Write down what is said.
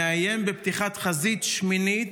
מאיים בפתיחת חזית שמינית.